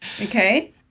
Okay